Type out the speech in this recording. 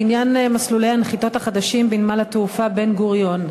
בעניין מסלולי הנחיתה החדשים בנמל-התעופה בן-גוריון,